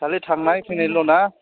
खालि थांनाय फैनायल' ना